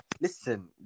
listen